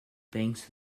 banks